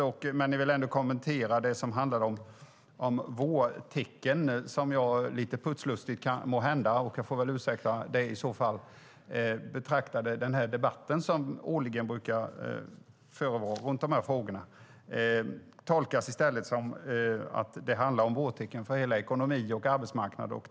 Låt mig kommentera det som handlade om vårtecken. Jag använde det måhända lite putslustigt om denna debatt som årligen brukar behandla dessa frågor. Det tolkade Patrik Björck som att det handlade om vårtecken för hela ekonomin och arbetsmarknaden.